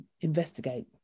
investigate